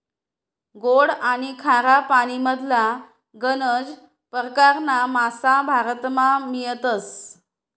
गोड आनी खारा पानीमधला गनज परकारना मासा भारतमा मियतस